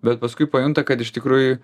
bet paskui pajunta kad iš tikrųjų